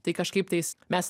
tai kažkaip tais mes